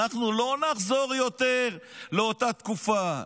אנחנו לא נחזור יותר לאותה תקופה.